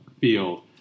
field